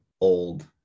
old